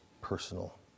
personal